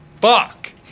fuck